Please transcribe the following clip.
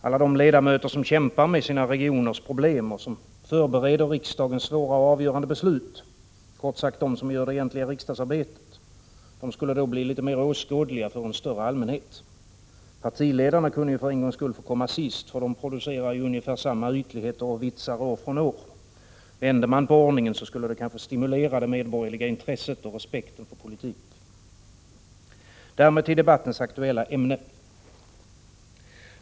Alla de ledamöter som kämpar med sina regioners problem, som förbereder riksdagens svåra och avgörande beslut — kort sagt de som gör det egentliga riksdagsarbetet — de skulle då bli mer åskådliga för en större allmänhet. Partiledarna kunde för en gångs skull komma sist, för de producerar ju ungefär samma ytligheter och vitsar år från år. Vände man på ordningen, så skulle det kanske stimulera det medborgerliga intresset och respekten för politik. Därmed till debattens aktuella ämne.